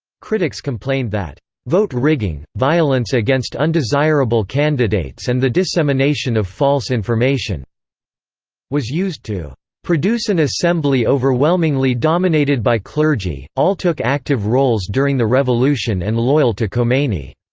critics complained that vote-rigging, violence against undesirable candidates and the dissemination of false information was used to produce an assembly overwhelmingly dominated by clergy, all took active roles during the revolution and loyal to khomeini.